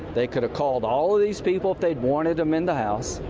they could've called all of these people if they wanted them in the house.